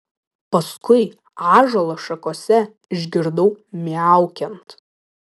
paskui ąžuolo šakose išgirdau miaukiant